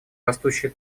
растущая